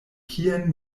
kien